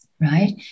right